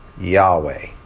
Yahweh